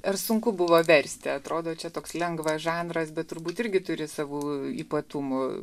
ar sunku buvo versti atrodo čia toks lengvas žanras bet turbūt irgi turi savų ypatumų